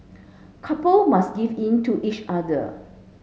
couple must give in to each other